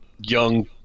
young